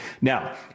Now